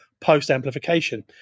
post-amplification